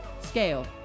scale